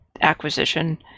acquisition